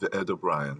ואד או'בריאן.